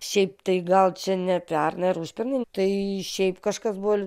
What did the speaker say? šiaip tai gal čia ne pernai ar užpernai tai šiaip kažkas buvo